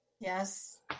yes